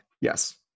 Yes